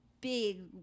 big